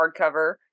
hardcover